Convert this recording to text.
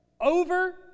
over